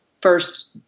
first